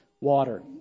water